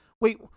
wait